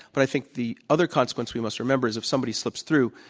but i think the other consequence we must remember is if somebody slips through